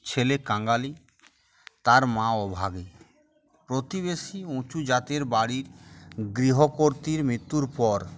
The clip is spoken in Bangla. ছেলে কাঙালি তার মা অভাগী প্রতিবেশী উঁচু জাতের বাড়ির গৃহকর্তীর মৃত্যুর পর